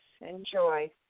Enjoy